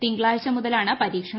തിങ്കളാഴ്ച മുതലാണ് പരീക്ഷണം